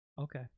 Okay